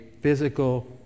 physical